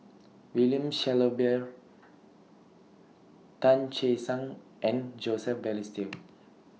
William Shellabear Tan Che Sang and Joseph Balestier